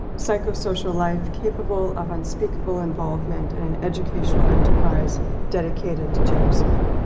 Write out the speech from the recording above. psychosocial life capable of unspeakable involvement in educational enterprise dedicated to genocide.